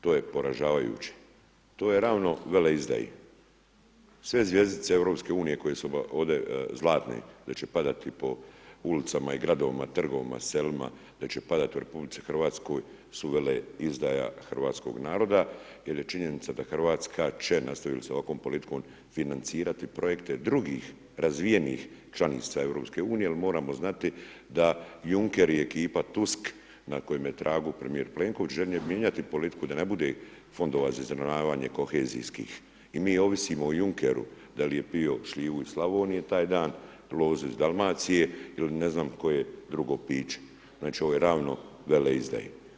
To je poražavajući to je ravno veleizdaji, sve zvjezdice EU koje su ovde zlatne da će padati po ulicama i gradovima, trgovima, selima da će padati u RH su veleizdaja hrvatskog naroda, jer je činjenica da Hrvatska će nastavi s ovakvom politikom financirati projekte drugi razvijenih članica EU, jer moramo znati da Junker i ekipa Tusk na kojem je tragu premijer Pleniković žele mijenjati politiku da ne bude fondova za izravnavanje kohezijskih i mi ovisimo o Junkeru da li je pio šljivu u Slavoniji taj dan, lozu iz Dalmacije il ne znam koje drugo piće, znači ovo je ravno veleizdaji.